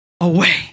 away